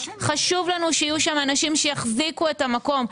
חשוב לנו שיהיו שם אנשים שיחזיקו את המקום.